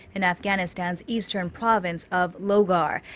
in afghanistan's eastern province of logar.